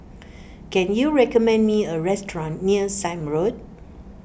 can you recommend me a restaurant near Sime Road